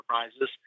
enterprises